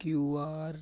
Q R